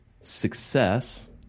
success